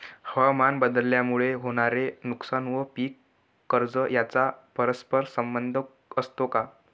हवामानबदलामुळे होणारे नुकसान व पीक कर्ज यांचा परस्पर संबंध असतो का?